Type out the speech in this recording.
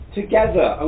together